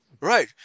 Right